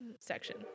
section